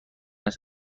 است